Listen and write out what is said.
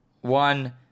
one